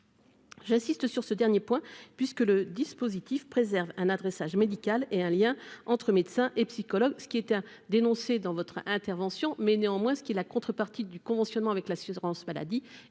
j'insiste sur ce dernier point, puisque le dispositif préserve un adressage médical et un lien entre médecins et psychologues, ce qui était un dénoncé dans votre intervention, mais néanmoins ce qui est la contrepartie du conventionnement avec l'assurance maladie